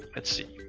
let's see.